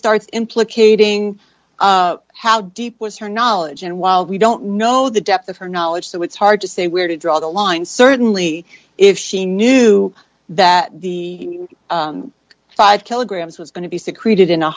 starts implicating how deep was her knowledge and while we don't know the depth of her knowledge so it's hard to say where to draw the line certainly if she knew that the five kilograms was going to be secreted in a